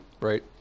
right